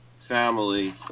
family